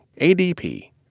ADP